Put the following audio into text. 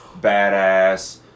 badass